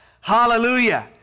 hallelujah